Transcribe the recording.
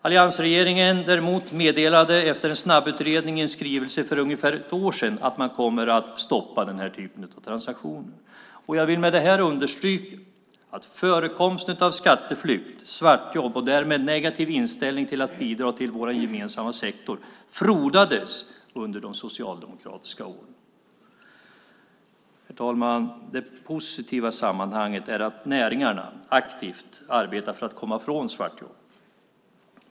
Alliansregeringen däremot meddelade efter en snabbutredning i en skrivelse för ungefär ett år sedan att man kommer att stoppa den här typen av transaktioner. Jag vill med det här understryka att förekomsten av skatteflykt, svartjobb och därmed negativ inställning till att bidra till vår gemensamma sektor frodades under de socialdemokratiska åren. Herr talman! Det positiva i sammanhanget är att näringarna arbetar aktivt för att komma ifrån svartjobb.